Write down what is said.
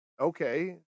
Okay